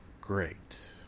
Great